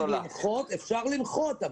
אפשר למחות.